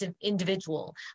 individual